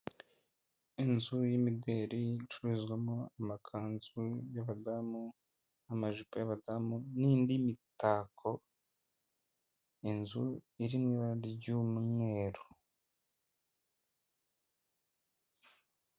Inzu y'imideri icururizwamo amakanzu y'abadamu, amajipo y'abadamu, n'indi mitako, inzu iri mu ibara ry'umweru.